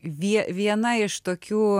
vie viena iš tokių